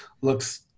looks